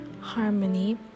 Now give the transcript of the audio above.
harmony